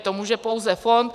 To může pouze fond.